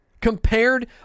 Compared